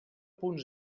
punt